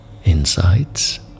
Insights